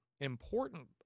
important